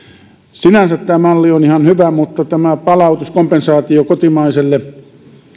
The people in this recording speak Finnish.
sinänsä tämä malli on ihan hyvä mutta tuntuisi että palautuskompensaationa kotimaisille